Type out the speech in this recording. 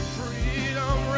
freedom